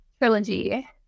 trilogy